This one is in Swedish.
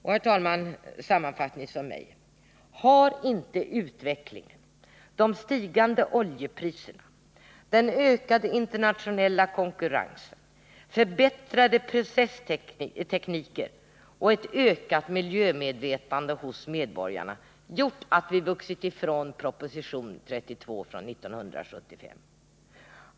Avslutningsvis vill jag säga följande: Har inte utvecklingen, de stigande oljepriserna, den ökade internationella konkurrensen, förbättrade processtekniker och ett ökat miljömedvetande hos medborgarna gjort att vi vuxit ifrån proposition 32 från år 1975?